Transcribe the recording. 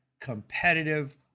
competitive